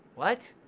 what?